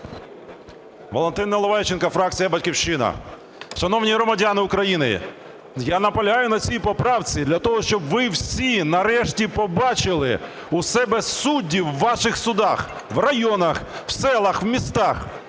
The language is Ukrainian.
Валентин Наливайченко, фракція "Батьківщина". Шановні громадяни України, я наполягаю на цій поправці для того, щоб ви всі нарешті побачили в себе суддів у ваших судах у районах, у селах, у містах.